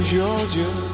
Georgia